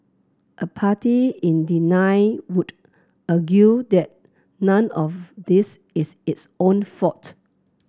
a party in denial would argue that none of this is its own fault